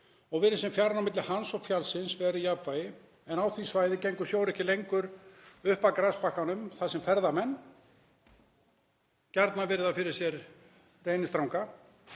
og virðist fjaran á milli hans og fjallsins vera í jafnvægi en á því svæði gengur sjór ekki lengur upp að grasbakkanum þar sem ferðamenn gjarnan virða fyrir sér Reynisdranga.